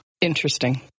interesting